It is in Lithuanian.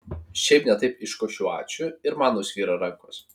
šiaip ne taip iškošiu ačiū ir man nusvyra rankos